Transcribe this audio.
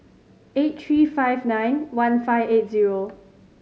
eight three five nine one five eight zero